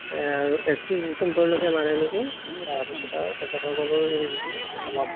আৰু একত্ৰিছ ডিচেম্বৰলৈকে মানে নেকি তাৰপিছত আৰু তেখেতসকলৰো সেই বিহু সমাপ্ত কৰে